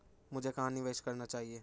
मुझे कहां निवेश करना चाहिए?